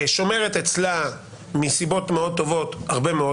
שומרת אצלה מסיבות מאוד טובות הרבה מאוד